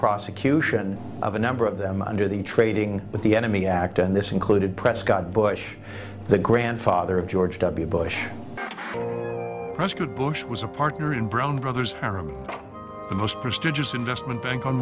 prosecution of a number of them under the trading with the enemy act and this included prescott bush the grandfather of george w bush press could bush was a partner in brown brothers harriman the most prestigious investment bank on